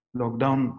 lockdown